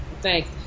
Thanks